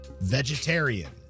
Vegetarian